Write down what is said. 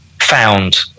found